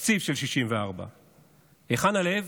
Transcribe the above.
תקציב של 64. היכן הלב?